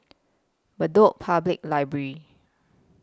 Bedok Public Library